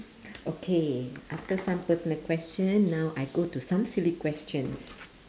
okay after some personal question now I go to some silly questions